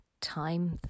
time